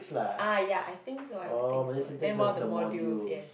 ah ya I think so I would think so then while the modules yes